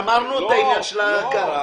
אמרנו את העניין של ההכרה.